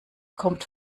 kommt